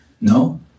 No